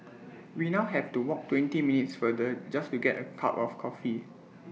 we now have to walk twenty minutes further just to get A cup of coffee